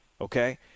okay